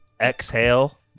Exhale